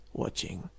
Watching